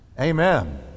Amen